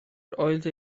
oeddwn